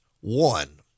one